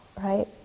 right